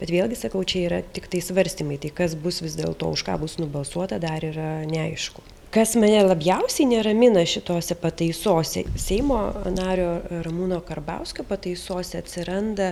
bet vėlgi sakau čia yra tiktai svarstymai tai kas bus vis dėl to už ką bus nubalsuota dar yra neaišku kas mane labiausiai neramina šitose pataisose seimo nario ramūno karbauskio pataisose atsiranda